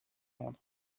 rendre